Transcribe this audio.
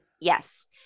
Yes